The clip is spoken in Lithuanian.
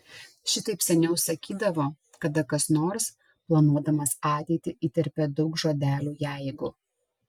šitaip seniau sakydavo kada kas nors planuodamas ateitį įterpia daug žodelių jeigu